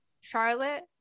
Charlotte